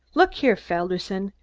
look here, felderson!